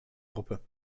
gruppe